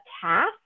task